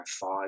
five